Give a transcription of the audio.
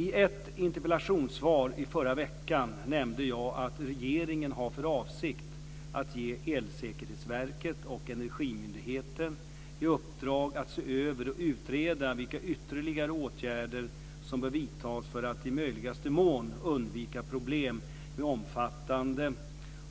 I ett interpellationssvar i förra veckan nämnde jag att regeringen har för avsikt att ge Elsäkerhetsverket och Energimyndigheten i uppdrag att se över och utreda vilka ytterligare åtgärder som bör vidtas för att i möjligaste mån undvika problem med omfattande